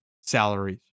salaries